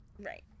right